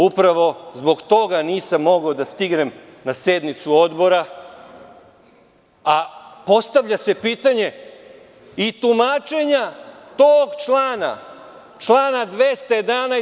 Upravo zbog toga nisam mogao da stignem na sednicu Odbora, a postavlja se pitanje i tumačenja tog člana 211.